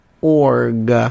org